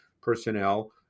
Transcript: personnel